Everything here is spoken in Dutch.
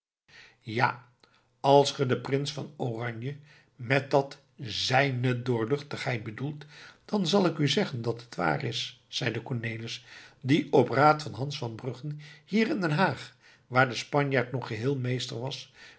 ja als ge den prins van oranje met dat zijne doorluchtigheid bedoelt dan kan ik u zeggen dat het waar is zeide cornelis die op raad van hans van bruggen hier in den haag waar de spanjaard nog geheel meester was